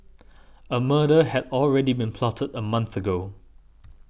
a murder had already been plotted a month ago